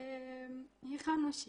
הכנו שיר.